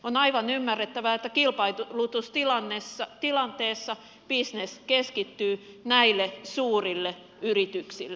on aivan ymmärrettävää että kilpailutustilanteessa bisnes keskittyy näille suurille yrityksille